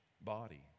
body